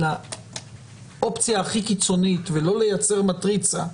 לאופציה הכי קיצונית ולא לייצר מטריצה,